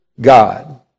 God